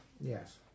Yes